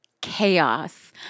chaos